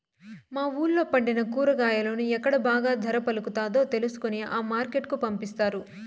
మా వూళ్ళో పండిన కూరగాయలను ఎక్కడ బాగా ధర పలుకుతాదో తెలుసుకొని ఆ మార్కెట్ కు పంపిస్తారు